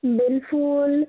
বেলফুল